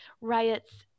riots